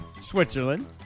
Switzerland